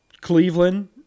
Cleveland